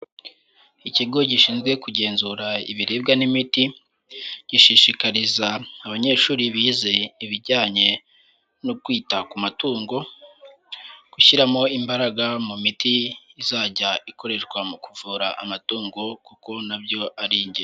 Ikigo gishinzwe kugenzura ibiribwa n'imiti, gishishikariza abanyeshuri bize ibijyanye no kwita ku matungo gushyiramo imbaraga mu miti izajya ikoreshwa mu kuvura amatungo kuko na byo arigenzi.